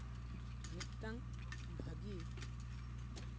ᱢᱤᱫᱴᱟᱱ ᱵᱷᱟᱹᱜᱤ